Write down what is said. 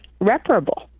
reparable